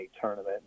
tournament